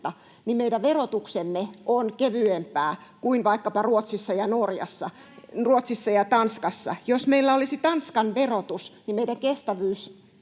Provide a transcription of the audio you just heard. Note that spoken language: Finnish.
niin meidän verotuksemme on kevyempää kuin vaikkapa Ruotsissa ja Tanskassa. Jos meillä olisi Tanskan verotus, niin meidän kestävyysvajeemme